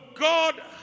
God